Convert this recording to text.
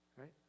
Right